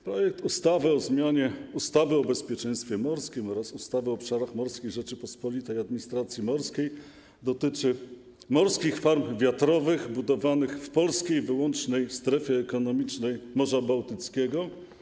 Projekt ustawy o zmianie ustawy o bezpieczeństwie morskim oraz ustawy o obszarach morskich Rzeczypospolitej Polskiej i administracji morskiej dotyczy morskich farm wiatrowych budowanych w polskiej wyłącznej strefie ekonomicznej Morza Bałtyckiego.